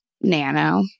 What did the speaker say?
nano